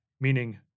meaning